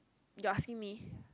you are asking me